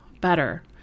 better